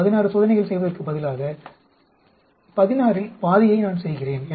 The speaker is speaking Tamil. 16 சோதனைகள் செய்வதற்கு பதிலாக 16 ல் பாதியை செய்கிறேன்